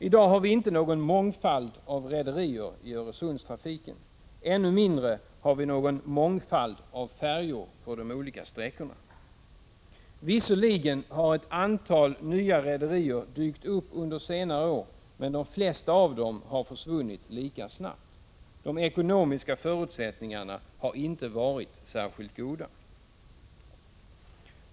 I dag har vi inte en mångfald av rederier i Öresundstrafiken. Ännu mindre har vi någon mångfald av färjor på de olika sträckorna. Visserligen har ett antal nya 5 rederier dykt upp under senare år, men de flesta av dem har försvunnit lika snabbt. De ekonomiska förutsättningarna har inte varit särskilt goda.